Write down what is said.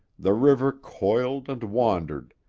the river coiled and wandered,